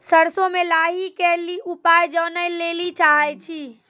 सरसों मे लाही के ली उपाय जाने लैली चाहे छी?